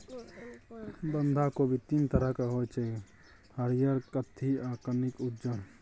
बंधा कोबी तीन तरहक होइ छै हरियर, कत्थी आ कनिक उज्जर